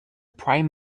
prime